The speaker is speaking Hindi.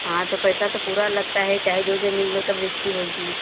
हाँ तो पैसा तो पूरा लगता है चाहे जो ज़मीन लो तब रजिश्टी होगी